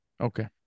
Okay